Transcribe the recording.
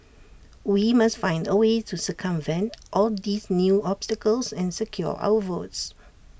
we must find A way to circumvent all these new obstacles and secure our votes